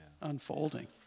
unfolding